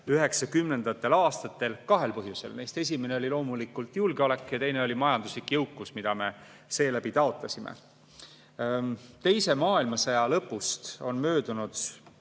1990. aastatel kahel põhjusel: esimene oli loomulikult julgeolek ja teine oli majanduslik jõukus, mida me seeläbi taotlesime. Teise maailmasõja lõpust on möödunud